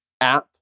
app